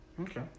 Okay